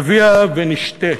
הביאה ונשתה.